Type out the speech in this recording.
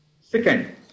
Second